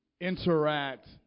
interact